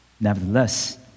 Nevertheless